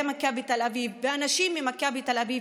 מכבי תל אביב ואנשים ממכבי תל אביב,